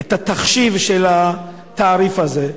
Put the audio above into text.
את התחשיב של התעריף הזה.